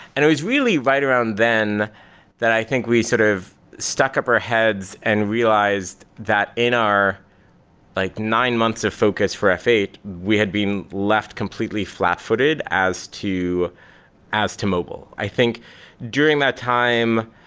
and it was really right around then that i think we sort of stuck up our heads and realized that in our like nine months of focus for f eight, we had been left completely flat-footed as to as to mobile. i think during that time,